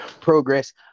progress